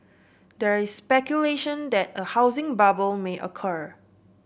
there is speculation that a housing bubble may occur